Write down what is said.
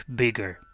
bigger